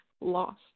lost